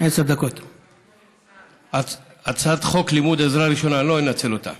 הצעת חוק לימוד עזרה ראשונה בבתי